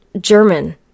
German